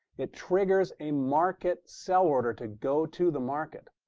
it triggers a market sell order to go to the market,